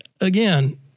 again